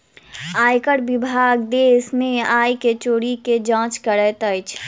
आयकर विभाग देश में आय के चोरी के जांच करैत अछि